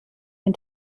den